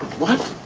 what?